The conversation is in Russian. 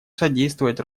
содействовать